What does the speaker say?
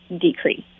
decrease